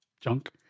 junk